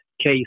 case